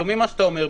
שומעים מה שאתה אומר,